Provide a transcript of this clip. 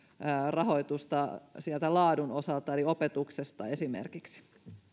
rahoitusta laadun osalta eli esimerkiksi